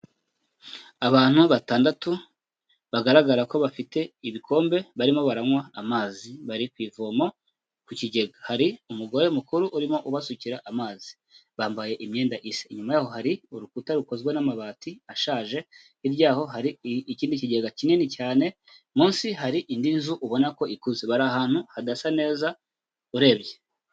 Abantu batandatu bagaragara ko bafite ibikombe, barimo baranywa amazi bari ku ivoma, ku kigega hari umugore mukuru urimo ubasukira amazi, bambaye imyenda isa, inyuma yaho hari urukuta rukozwe n'amabati ashaje, hirya yaho hari ikindi kigega kinini cyane, munsi hari indi nzu ubona ko ikuze, bari ahantu hadasa neza urebye.